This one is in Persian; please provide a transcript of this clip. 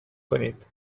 کنید